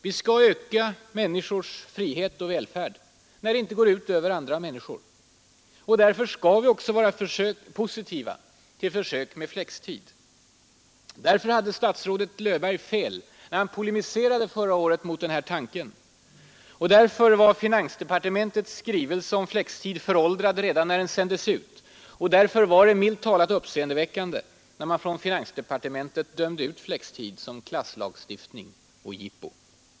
Vi skall öka människors frihet och välfärd när det inte går ut över andra människor. Och därför skall vi också vara positiva till försök med flextid. Därför hade statsrådet Löfberg fel när han förra året polemiserade mot den tanken. Därför var finansdepartementets skrivelse om flextid föråldrad redan när den sändes ut. Därför var det milt talat uppseendeväckande när man från finansdepartementet dömde ut flextid som ”klasslagstiftning” och ”jippo”.